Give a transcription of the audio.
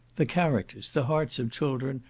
the characters, the hearts of children,